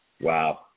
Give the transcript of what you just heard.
Wow